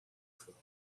floor